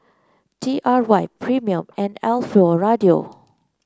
T Y R Premier and Alfio Raldo